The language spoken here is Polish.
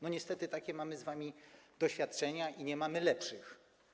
No, niestety, takie mamy z wami doświadczenia i nie mamy lepszych.